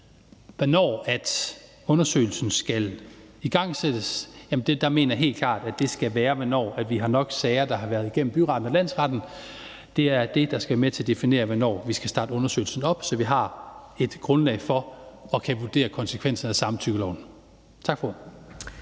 Hvornår undersøgelsen skal igangsættes, mener jeg er helt klart skal være, når vi har nok sager, der har været igennem byretten og landsretten. Det er det, der skal være med til at definere, hvornår vi skal starte undersøgelsen op, så vi har et grundlag for at kunne vurdere konsekvenserne af samtykkeloven. Tak for